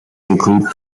include